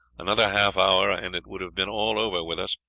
another half hour and it would have been all over with us.